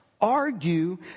Argue